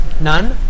None